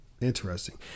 interesting